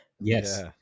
Yes